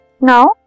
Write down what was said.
Now